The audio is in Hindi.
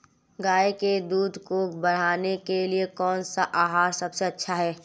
गाय के दूध को बढ़ाने के लिए कौनसा आहार सबसे अच्छा है?